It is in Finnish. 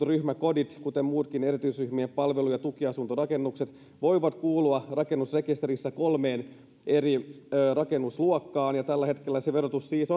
ryhmäkodit kuten muutkin erityisryhmien palvelu ja tukiasuntorakennukset voivat kuulua rakennusrekisterissä kolmeen eri rakennusluokkaan tällä hetkellä verotus niissä siis